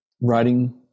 writing